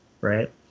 right